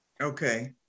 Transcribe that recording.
Okay